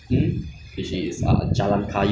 just now you say what that your area is jalan kayu ah